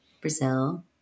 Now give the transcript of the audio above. Brazil